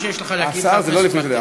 בוא נשמע מה שיש לך להגיד, חבר הכנסת מקלב.